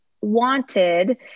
wanted